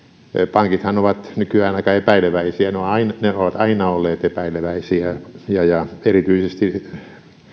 pankithan ovat nykyään aika epäileväisiä ne ne ovat aina olleet epäileväisiä ja ja erityisesti